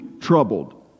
troubled